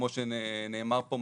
כמו שנאמר פה,